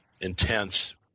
intense